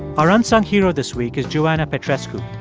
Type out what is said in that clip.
our unsung hero this week is joana petrescu.